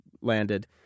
landed